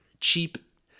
cheap